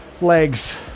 legs